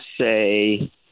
say